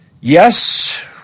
Yes